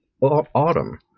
autumn